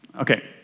okay